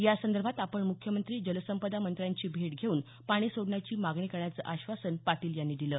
यासंदर्भात आपण मुख्यमंत्री जलसंपदा मंत्र्यांची भेट घेऊन पाणी सोडण्याची मागणी करण्याचं आश्वासन पाटील यांनी दिलं